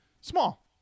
small